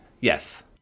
Yes